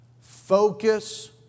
focus